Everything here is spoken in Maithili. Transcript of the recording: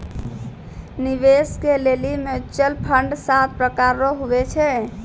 निवेश के लेली म्यूचुअल फंड सात प्रकार रो हुवै छै